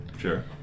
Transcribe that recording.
Sure